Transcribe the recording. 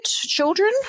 children